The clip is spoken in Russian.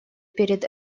перед